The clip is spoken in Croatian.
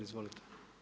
Izvolite.